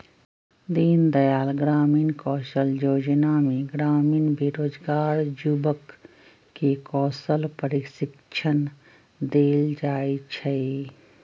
दीनदयाल ग्रामीण कौशल जोजना में ग्रामीण बेरोजगार जुबक के कौशल प्रशिक्षण देल जाइ छइ